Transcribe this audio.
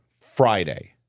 Friday